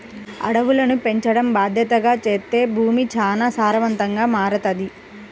అడవులను పెంచడం బాద్దెతగా చేత్తే భూమి చానా సారవంతంగా మారతది